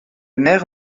maire